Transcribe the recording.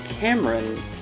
Cameron